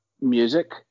music